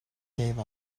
gave